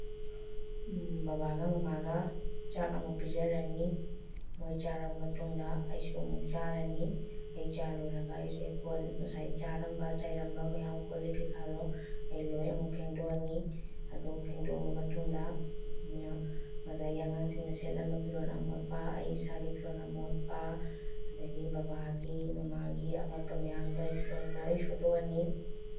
ꯕꯕꯥꯒ ꯃꯃꯥꯒ ꯆꯥꯛ ꯑꯃꯨꯛ ꯄꯤꯖꯔꯅꯤ ꯃꯣꯏ ꯆꯥꯔꯕ ꯃꯇꯨꯡꯗ ꯑꯩꯁꯨ ꯑꯃꯨꯛ ꯆꯥꯔꯅꯤ ꯑꯩ ꯆꯥ ꯂꯣꯏꯔꯒ ꯑꯩꯁꯦ ꯀꯣꯜ ꯉꯁꯥꯏ ꯆꯥꯔꯝꯕ ꯆꯥꯏꯔꯝꯕ ꯃꯌꯥꯝ ꯀꯣꯜꯂꯤꯛ ꯀꯩꯀꯥꯗꯣ ꯑꯩ ꯂꯣꯏ ꯑꯃꯨꯛ ꯐꯦꯡꯗꯣꯛꯑꯅꯤ ꯑꯗꯨ ꯐꯦꯡꯗꯣꯛꯑꯕ ꯃꯇꯨꯡꯗ ꯑꯩꯅ ꯉꯁꯥꯏꯒꯤ ꯑꯉꯥꯡꯁꯤꯡꯅ ꯁꯦꯠꯂꯝꯕ ꯐꯤꯔꯣꯜ ꯑꯃꯣꯠꯄ ꯑꯩ ꯏꯁꯥꯒꯤ ꯐꯤꯔꯣꯜ ꯑꯃꯣꯠꯄ ꯑꯗꯒꯤ ꯕꯕꯥꯒꯤ ꯃꯃꯥꯒꯤ ꯑꯃꯣꯠꯄ ꯃꯌꯥꯝꯗꯣ ꯑꯩ ꯂꯣꯏꯅ ꯁꯨꯗꯣꯛꯑꯅꯤ